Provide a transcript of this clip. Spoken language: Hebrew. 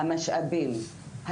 המשאבים,